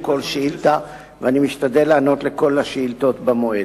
החליטה ועדת השרים לענייני חקיקה לתמוך בהצעת החוק בקריאה טרומית בלבד,